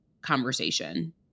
conversation